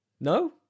No